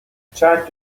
tried